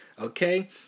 okay